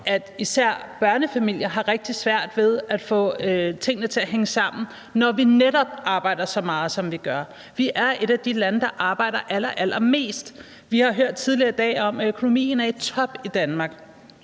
især børnefamilier har rigtig svært at få tingene til at hænge sammen, når vi netop arbejder så meget, som vi gør. Vi er et af de lande, der arbejder allerallermest. Vi har tidligere i dag hørt om, at økonomien er i top i Danmark.